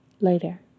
Later